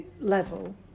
level